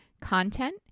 content